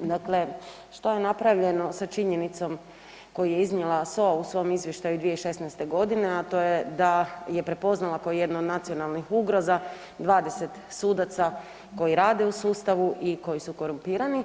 dakle što se napravljeno sa činjenicom koju je iznijela SOA u svom Izvještaju 2016. godine, a to je da je prepoznala kao jednu od nacionalnih ugroza 20 sudaca koji rade u sustavu i koji su korumpirani?